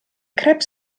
crêpe